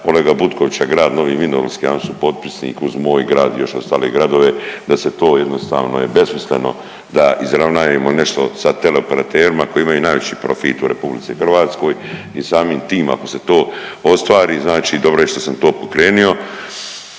Olega Butkovića, grad Novi Vinodolski oni su potpisnik uz moj grad i još ostale gradove da se to jednostavno je besmisleno da izravnajemo nešto sa teleoperaterima koji imaju najveći profit u Republici Hrvatskoj. I samim tim ako se to ostvari znači dobro je što sam to pokrenuo